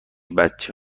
بچه